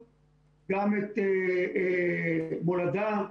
גם את אבו תלול, גם את מולדה.